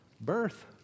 Birth